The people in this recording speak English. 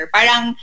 Parang